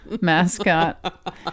mascot